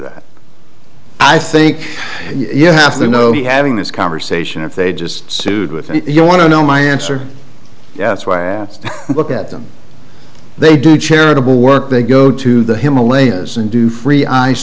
that i think you have to know you having this conversation if they just sued with you want to know my answer that's why i look at them they do charitable work they go to the himalayas and do free ice